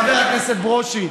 חבר הכנסת ברושי,